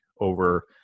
over